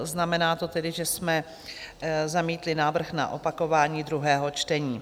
Znamená to tedy, že jsme zamítli návrh na opakování druhého čtení.